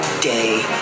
day